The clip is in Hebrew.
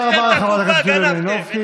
תודה רבה לחברת הכנסת יוליה מלינובסקי.